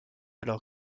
alors